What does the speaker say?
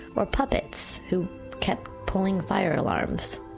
or puppets who kept pulling fire alarms.